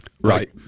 right